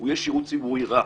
הוא יהיה שירות ציבורי רע.